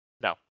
No